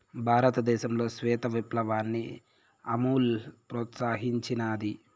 భారతదేశంలో శ్వేత విప్లవాన్ని అమూల్ ప్రోత్సహించినాది